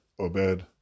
Obed